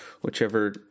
Whichever